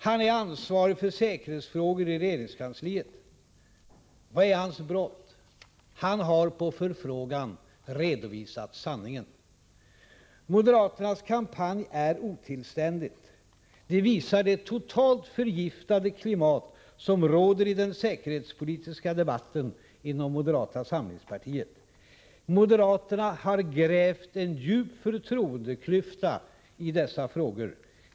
Han är ansvarig för säkerhetsfrågor i regeringskansliet. Vilket är hans brott? Han har på förfrågan redovisat sanningen. Moderaternas kampanj är otillständig. Den visar det totalt förgiftade klimat som råder i den säkerhetspolitiska debatten inom moderata samlingspartiet. Moderaterna har grävt en djup förtroendeklyfta i dessa frågor.